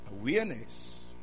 Awareness